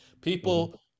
people